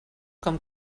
com